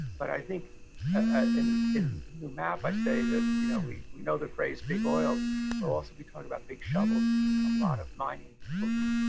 but i think ah and in the new map i say that you know we we know the phrase big oil we'll also be talking about big shovels because a lot of mining but